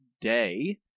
day